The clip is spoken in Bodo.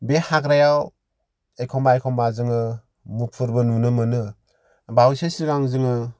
बे हाग्रायाव एखम्बा एखम्बा जोङो मुफुरबो नुनो मोनो बावैसो सिगांं जोङो